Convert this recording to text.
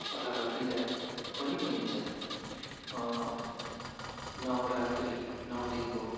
अथवा बिदा पनि भनिन्छ नवरात्री नौ दिनको